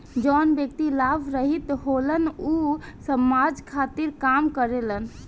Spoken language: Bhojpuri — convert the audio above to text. जवन व्यक्ति लाभ रहित होलन ऊ समाज खातिर काम करेलन